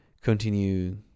continue